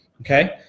Okay